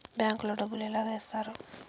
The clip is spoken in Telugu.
బ్యాంకు లో డబ్బులు ఎలా వేస్తారు